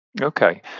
Okay